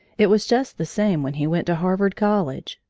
it was just the same when he went to harvard college.